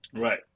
Right